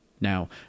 Now